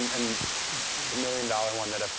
and the million dollar one that ah